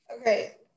okay